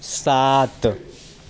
सात